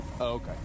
Okay